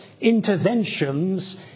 interventions